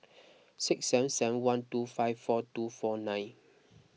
six seven seven one two five four two four nine